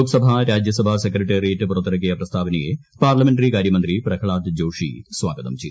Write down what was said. Lok Sabha Rajya Sabha secretariat പുറത്തിറക്കിയ പ്രസ്താവനയെ parliamentary കാർച്ചുമന്ത്രി പ്രഹ്ളാദ് ജോഷി സ്വാഗതം ചെയ്തു